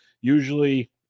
usually